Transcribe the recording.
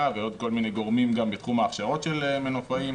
ועוד כל מיני גורמים גם בתחום ההכשרות של מנופאים.